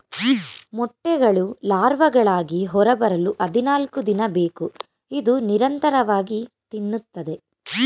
ಮೊಟ್ಟೆಗಳು ಲಾರ್ವಾಗಳಾಗಿ ಹೊರಬರಲು ಹದಿನಾಲ್ಕುದಿನ ಬೇಕು ಇದು ನಿರಂತರವಾಗಿ ತಿನ್ನುತ್ತದೆ